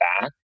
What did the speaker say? back